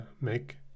make